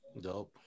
Dope